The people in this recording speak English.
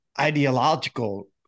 ideological